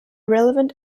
relevant